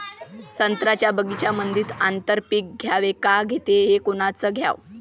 संत्र्याच्या बगीच्यामंदी आंतर पीक घ्याव का घेतलं च कोनचं घ्याव?